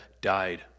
died